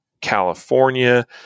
california